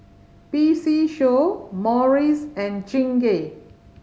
P C Show Morries and Chingay